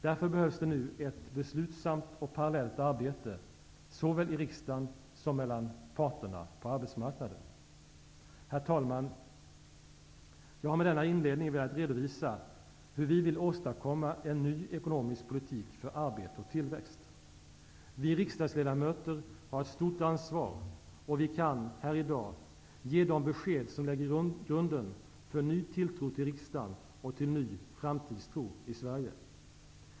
Därför behövs det nu ett beslutsamt och parallellt arbete såväl i riksdagen som mellan parterna på arbetsmarknaden. Herr talman! Jag har med denna inledning velat redovisa hur vi vill åstadkomma en ny ekonomisk politik för arbete och tillväxt. Vi riksdagsledamöter har ett stort ansvar, och vi kan här i dag ge de besked som lägger grunden för en ny tilltro till riksdagen och till en ny framtidstro i Sverige.